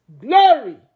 Glory